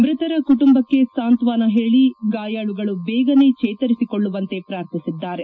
ಮೃತರ ಕುಟುಂಬಕ್ಕೆ ಸಾಂತ್ವನ ಹೇಳಿ ಗಾಯಾಳುಗಳು ಬೇಗನೆ ಚೇತರಿಸಿಕೊಳ್ಳುವಂತೆ ಪ್ರಾರ್ಥಿಸಿದ್ದಾರೆ